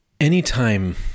Anytime